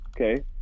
Okay